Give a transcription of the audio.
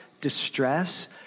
distress